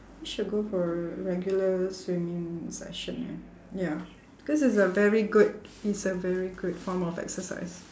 we should go for regular swimming session eh ya because it's a very good it's a very good form of exercise